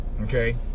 okay